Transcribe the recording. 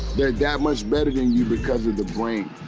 they're that much better than you because of the brain.